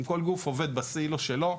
אם כל גוף עובד בסילו שלו,